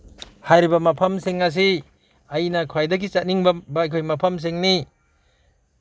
ꯍꯥꯏꯔꯤꯕ ꯃꯐꯝꯁꯤꯡ ꯑꯁꯤ ꯑꯩꯅ ꯈ꯭ꯋꯥꯏꯗꯒꯤ ꯆꯠꯅꯤꯡꯕ ꯑꯩꯈꯣꯏ ꯃꯐꯝꯁꯤꯡꯅꯤ